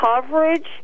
coverage